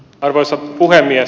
arvoisa puhemies